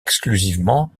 exclusivement